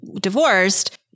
divorced